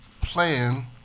playing